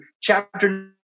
chapter